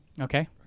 Okay